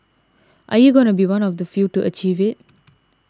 are you gonna be one of the few to achieve it